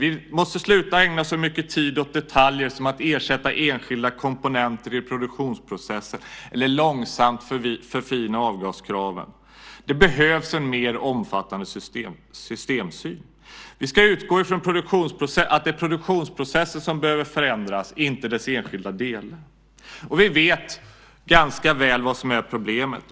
Vi måste sluta att ägna så mycket tid åt detaljer som att ersätta enskilda komponenter i produktionsprocessen eller långsamt förfina avgaskraven. Det behövs en mer omfattande systemsyn. Vi ska utgå från att det är produktionsprocessen som behöver förändras, inte dess enskilda delar. Vi vet ganska väl vad som är problemet.